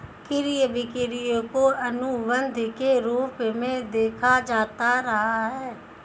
क्रय विक्रय को अनुबन्ध के रूप में देखा जाता रहा है